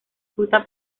fruta